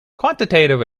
quantitative